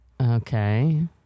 Okay